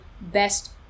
best